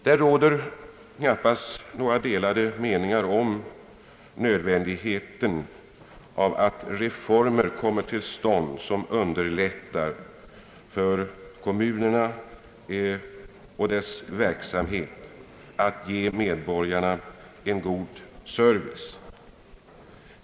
Det råder knappast några delade meningar om nödvändigheten av att en reform kommer till stånd, som underlättar för kommunerna och deras verksamhet att ge medborgarna en god service.